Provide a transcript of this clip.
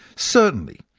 certainly,